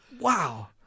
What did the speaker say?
Wow